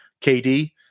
KD